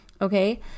Okay